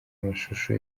amashusho